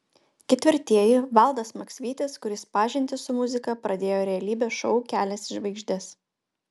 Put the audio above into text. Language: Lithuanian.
ketvirtieji valdas maksvytis kuris pažintį su muzika pradėjo realybės šou kelias į žvaigždes